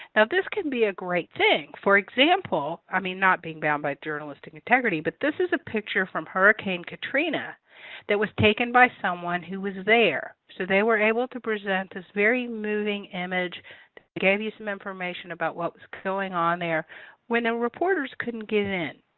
and this could be a great thing. for example, i mean not being bound by journalistic integrity but this is a picture from hurricane katrina that was taken by someone who was there so they were able to present this very moving image. it gave you some information about what was going on there when the ah reporters couldn't get in.